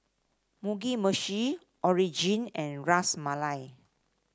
Mugi Meshi Onigiri and Ras Malai